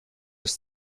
bis